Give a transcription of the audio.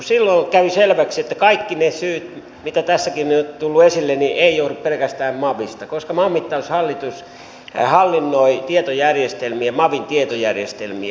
silloin kävi selväksi että kaikki ne syyt mitä tässäkin nyt on tullut esille eivät johdu pelkästään mavista koska maanmittaushallitus hallinnoi mavin tietojärjestelmiä